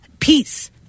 Peace